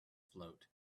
float